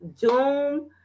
Doom